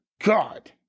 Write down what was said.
God